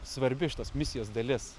svarbi šitos misijos dalis